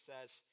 says